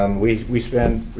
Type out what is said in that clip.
um we we spend,